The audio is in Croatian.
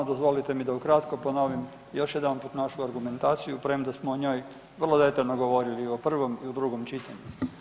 Dozvolite mi da ukratko ponovim još jedanput našu argumentaciju premda smo o njoj vrlo detaljno govorili u prvom i u drugom čitanju.